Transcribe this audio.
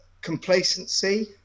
Complacency